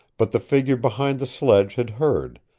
but the figure behind the sledge had heard,